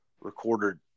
recorded